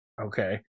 Okay